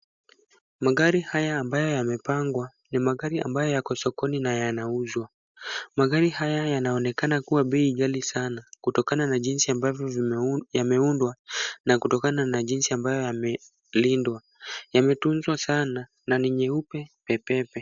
Magari haya ambayo yamepangwa ni magari ambayo yako sokoni na yanauzwa. Magari haya yanaonekana kuwa bei ghali sana kutokana na jinsi ambavyo yameundwa na kutokana na jinsi ambayo yamelindwa. Yametunzwa sana na ni nyeupe pepepe.